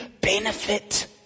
benefit